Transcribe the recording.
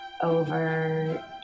over